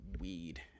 weed